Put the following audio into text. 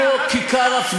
מה זה מסגד איננו כיכר הפגנות,